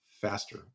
faster